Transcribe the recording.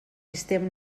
sistema